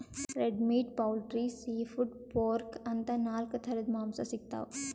red meat, poultry, seafood, pork ಅಂತಾ ನಾಲ್ಕ್ ಥರದ್ ಮಾಂಸಾ ಸಿಗ್ತವ್